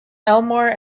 elmore